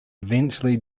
eventually